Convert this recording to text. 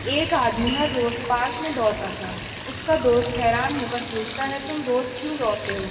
ایک آدمی ہر روز پارک میں دوڑتا تھا اس کا دوست حیران ہو کر پوچھتا ہے تم روز کیوں دوڑتے ہو